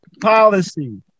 policy